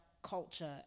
culture